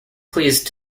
pleased